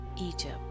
Egypt